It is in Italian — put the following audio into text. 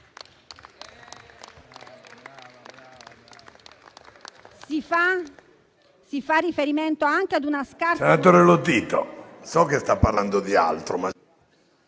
Grazie,